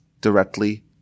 directly